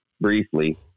briefly